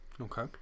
okay